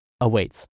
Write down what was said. awaits